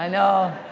know,